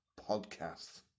Podcast